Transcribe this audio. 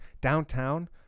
Downtown